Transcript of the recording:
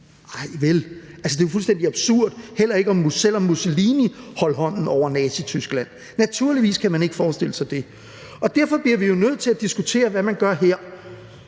det er jo fuldstændig absurd at forestille sig, selv hvis Mussolini holdt hånden over Nazityskland. Naturligvis kan man ikke forestille sig det. Og derfor bliver vi jo nødt til at diskutere, hvad man gør her.